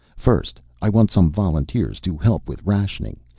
first, i want some volunteers to help with rationing.